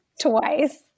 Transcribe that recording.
twice